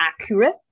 accurate